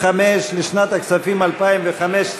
לשנת הכספים 2015,